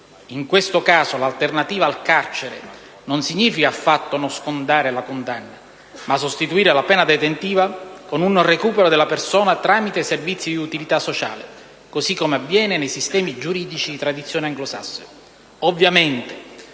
dei detenuti. L'alternativa al carcere non significa affatto non scontare la condanna, ma sostituire la pene detentiva con un recupero della persona tramite servizi di utilità sociale, così come avviene nei sistemi giuridici di tradizione anglosassone.